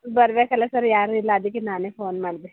ಬರ್ಬೇಕಲ್ಲಾ sir ಯಾರೂ ಇಲ್ಲ ಅದಕ್ಕೆ ನಾನೇ ಫೋನ್ ಮಾಡಿದೆ